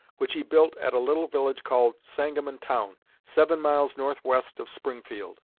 which he built at a little village called sangamon town, seven miles northwest of springfield.